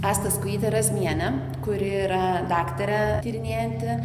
asta skujytė razmienė kuri yra daktarę tyrinėjanti